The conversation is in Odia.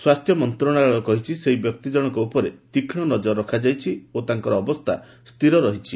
ସ୍ୱାସ୍ଥ୍ୟ ମନ୍ତ୍ରଣାଳୟ କହିଛି ସେହି ବ୍ୟକ୍ତିଜଣକ ଉପରେ ତୀକ୍ଷ୍ଣ ନଜର ରଖାଯାଇଛି ଓ ତାଙ୍କର ଅବସ୍ଥା ସ୍ଥିର ରହିଛି